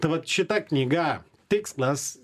tai vat šita knyga tikslas